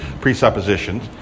presuppositions